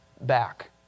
back